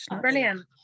Brilliant